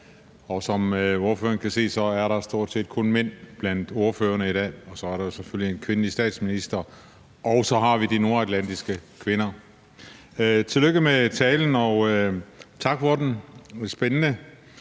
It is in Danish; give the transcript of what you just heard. og som ordføreren kan se, er der stort set kun mænd blandt ordførerne i dag, og så er der selvfølgelig en kvindelig statsminister, og så har vi de nordatlantiske kvinder. Tillykke med talen, og tak for den – spændende.